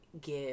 give